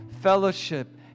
fellowship